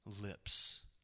lips